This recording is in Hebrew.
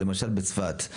למשל בצפת,